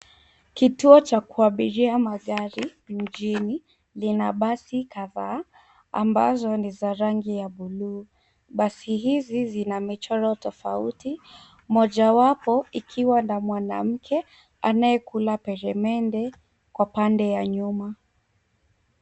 Kituo cha kuabiria magari, mjini. Lina basi kadhaa ambazo ni za rangi ya bluu. Basi hizi zina michoro tofauti, mojawapo ikiwa na mwanamke anayekula peremede kwa pande ya nyuma.